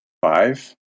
five